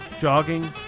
jogging